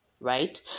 right